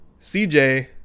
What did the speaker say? CJ